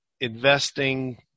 investing